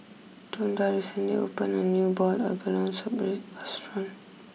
Tonda recently opened a new Boiled Abalone Soup restaurant